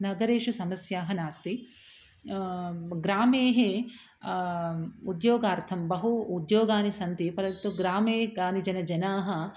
नगरेषु समस्याः नास्ति ग्रामे उद्योगार्थं बहु उद्योगानि सन्ति परन्तु ग्रामे कानीचन जनाः